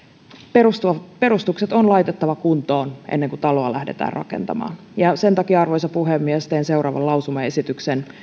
perustukset perustukset on laitettava kuntoon ennen kuin taloa lähdetään rakentamaan ja sen takia arvoisa puhemies teen seuraavan lausumaesityksen